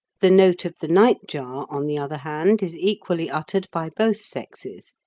the note of the nightjar, on the other hand, is equally uttered by both sexes,